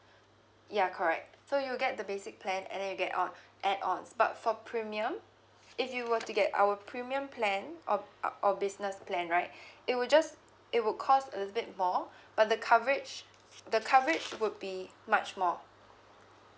ya correct so you'll get the basic plan and then you get on add ons but for premium if you were to get our premium plan or or business plan right it will just it will cost a little bit more but the coverage the coverage would be much more